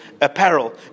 apparel